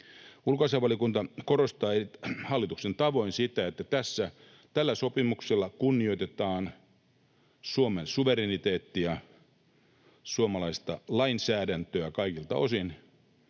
Ulkoasiainvaliokunta korostaa hallituksen tavoin sitä, että tällä sopimuksella kunnioitetaan Suomen suvereniteettia, suomalaista lainsäädäntöä kaikilta osin